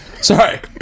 sorry